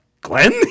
Glenn